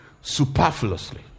superfluously